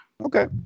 Okay